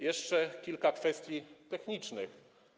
Jeszcze kilka kwestii technicznych.